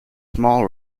small